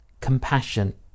Compassion